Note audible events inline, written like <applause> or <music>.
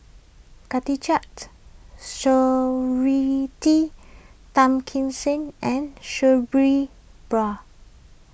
Khatijah <noise> Surattee Tan Kim Seng and Sabri Bra